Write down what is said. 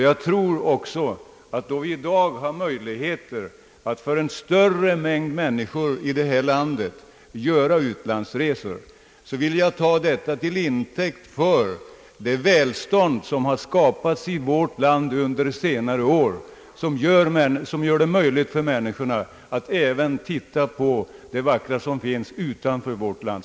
Jag ser detta som ett uttryck för det välstånd som under senare år skapats i vårt land.